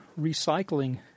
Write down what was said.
recycling